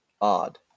odd